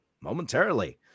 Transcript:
momentarily